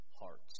hearts